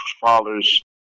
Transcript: father's